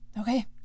okay